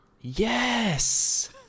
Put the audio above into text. Yes